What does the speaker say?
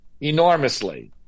enormously